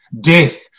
Death